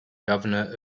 governor